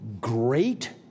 great